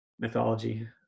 mythology